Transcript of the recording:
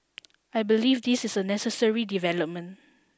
I believe this is a necessary development